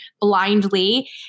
blindly